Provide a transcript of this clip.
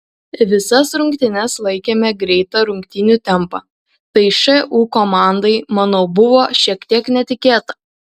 visas rungtynes laikėme greitą rungtynių tempą tai šu komandai manau buvo šiek tiek netikėta